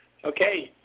okay,